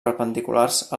perpendiculars